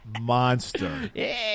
Monster